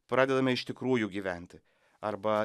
pradedame iš tikrųjų gyventi arba